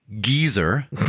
geezer